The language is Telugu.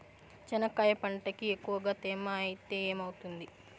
చెనక్కాయ పంటకి ఎక్కువగా తేమ ఐతే ఏమవుతుంది?